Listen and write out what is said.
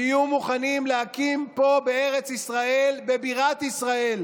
שיהיו מוכנים להקים פה בארץ ישראל, בבירת ישראל,